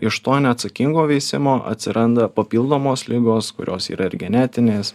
iš to neatsakingo veisimo atsiranda papildomos ligos kurios yra ir genetinės